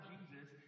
Jesus